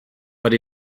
but